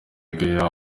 gea